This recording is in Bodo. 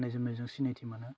गान्नाय जोमनायजों सिनायथि मोनो